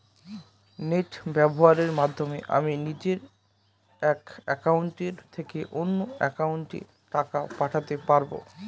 Net ব্যবহারের মাধ্যমে আমি নিজে এক অ্যাকাউন্টের থেকে অন্য অ্যাকাউন্টে টাকা পাঠাতে পারব?